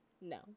No